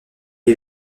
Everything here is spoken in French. est